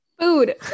food